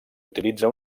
utilitza